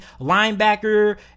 linebacker